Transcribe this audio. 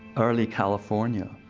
early california.